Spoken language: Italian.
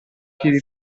chi